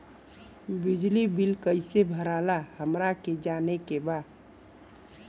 बिजली बिल कईसे भराला हमरा के जाने के बा?